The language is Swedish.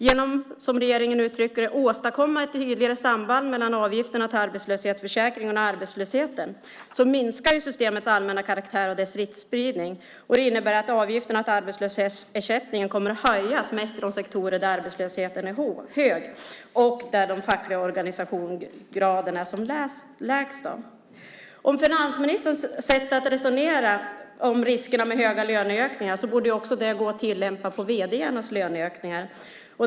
Genom att, som regeringen uttrycker det, "åstadkomma ett tydligare samband mellan avgifterna till arbetslöshetsförsäkringen och arbetslösheten" minskar systemets allmänna karaktär och dess riskspridning. Det innebär att avgifterna till arbetslöshetsersättningen kommer att höjas mest i de sektorer där arbetslösheten är hög och där den fackliga organisationsgraden är som lägst. Finansministerns sätt att resonera om riskerna med höga löneökningar borde gå att tillämpa även på vd:arnas löneökningar.